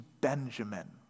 Benjamin